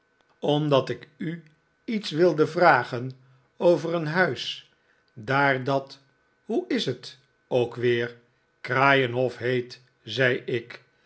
omdat ik u iets wilde vragen over een huis daar dat hoe is het ook weer kraaienhof heet zei ik